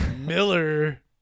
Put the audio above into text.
Miller